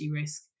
risk